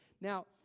Now